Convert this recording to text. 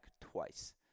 twice